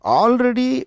already